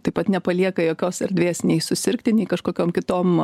taip pat nepalieka jokios erdvės nei susirgti nei kažkokiom kitom